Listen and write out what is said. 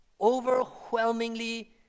Overwhelmingly